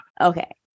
Okay